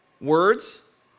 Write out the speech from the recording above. Words